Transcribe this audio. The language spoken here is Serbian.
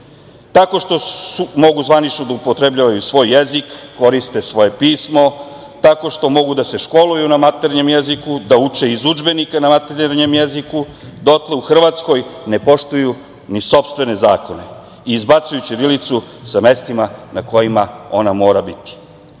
tako što mogu zvanično da upotrebljavaju svoj jezik, koriste svoje pismo, tako što mogu da se školuju na maternjem jeziku da uče iz udžbenika na maternjem jeziku, dotle u Hrvatskoj ne poštuju ni sopstvene zakone i izbacuju ćirilicu sa mestima na kojima ona mora